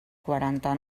quaranta